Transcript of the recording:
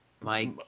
Mike